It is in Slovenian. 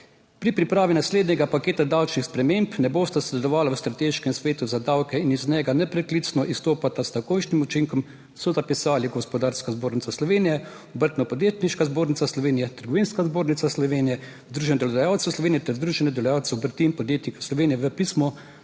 Pri pripravi naslednjega paketa davčnih sprememb ne bosta sodelovala v strateškem svetu za davke in iz njega nepreklicno izstopata s takojšnjim učinkom, so zapisali Gospodarska zbornica Slovenije, Obrtno podjetniška zbornica Slovenije, Trgovinska zbornica Slovenije, Združenje delodajalcev Slovenije ter Združenje delodajalcev obrti in podjetnikov Slovenije v pismu,